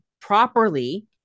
properly